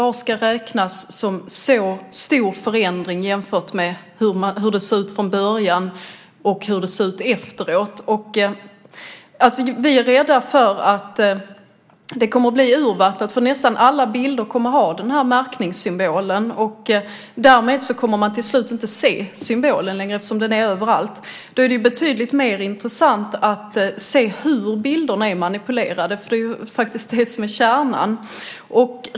Vad ska räknas som en alltför stor förändring mellan hur det såg ut från början och hur det ser ut efteråt? Vi är rädda för att frågan kommer att bli urvattnad eftersom nästan alla bilder i så fall får märkningssymbolen. Och när symbolen finns överallt ser man den inte längre till slut. Då är det betydligt mer intressant att se hur bilderna är manipulerade, vilket ju är kärnan i det hela.